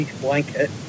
blanket